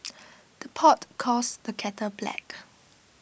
the pot calls the kettle black